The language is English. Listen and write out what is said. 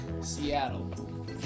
Seattle